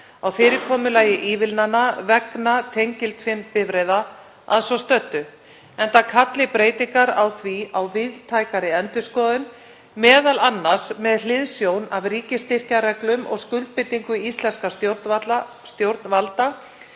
á fyrirkomulagi ívilnana vegna tengiltvinnbifreiða að svo stöddu, enda kalli breytingar á því á víðtækari endurskoðun, m.a. með hliðsjón af ríkisstyrkjareglum og skuldbindingu íslenskra stjórnvalda